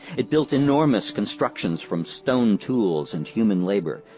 it built enormous constructions from stone tools and human labor,